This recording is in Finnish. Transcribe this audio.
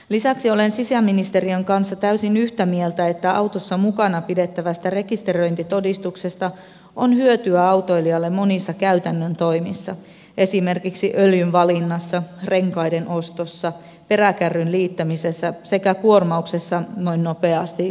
lisäksi olen sisäministeriön kanssa täysin yhtä mieltä että autossa mukana pidettävästä rekisteröintitodistuksesta on hyötyä autoilijalle monissa käytännön toimissa esimerkiksi öljyn valinnassa renkaiden ostossa peräkärryn liittämisessä sekä kuormauksessa noin nopeasti lueteltuna